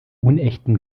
unechten